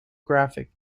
graphic